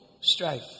strife